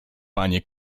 panie